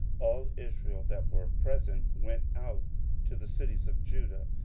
all israel that were present went out to the cities of judah,